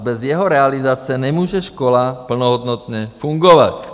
Bez jeho realizace nemůže škola plnohodnotně fungovat.